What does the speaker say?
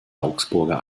augsburger